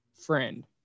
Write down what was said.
friend